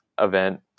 event